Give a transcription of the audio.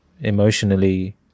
emotionally